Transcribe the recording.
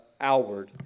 Alward